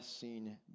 seen